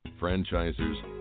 Franchisers